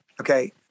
okay